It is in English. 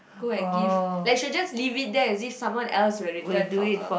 go and give like should just leave it there as if someone else will return for her